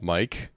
Mike